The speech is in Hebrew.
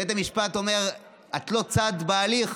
בית המשפט אומר: את לא צד בהליך.